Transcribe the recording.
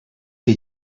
que